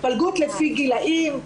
התפלגות לפי גילאים.